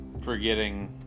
forgetting